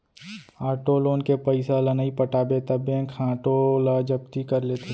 auto loan के पइसा ल नइ पटाबे त बेंक ह आटो ल जब्ती कर लेथे